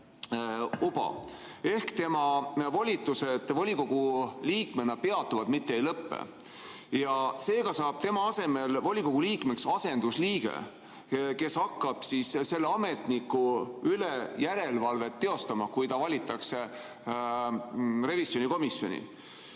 uba. Ehk tema volitused volikogu liikmena peatuvad, mitte ei lõpe. Seega saab tema asemel volikogu liikmeks asendusliige, kes hakkab selle ametniku üle järelevalvet teostama, kui ta valitakse revisjonikomisjoni.